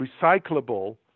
recyclable